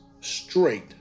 straight